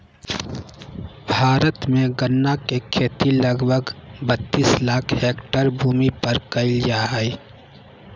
भारत में गन्ना के खेती लगभग बत्तीस लाख हैक्टर भूमि पर कइल जा हइ